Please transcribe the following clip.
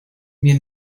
mir